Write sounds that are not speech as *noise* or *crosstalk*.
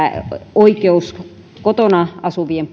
oikeus kotona asuvien *unintelligible*